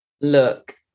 look